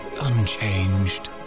unchanged